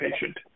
patient